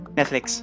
Netflix